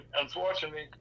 unfortunately